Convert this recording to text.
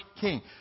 king